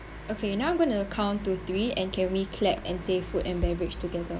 okay now I'm going to count to three and can we clap and say food and beverage together